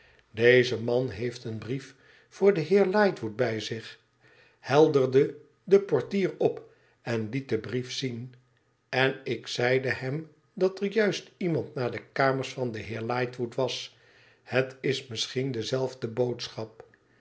deze man heeft een brief voor den heer lightwood bij zich helderde de portier op en liet den brief zien en ik zeide hem dat er juist iemand naar de kamers van den heer lightwood was het is misschien dezelfde boodschap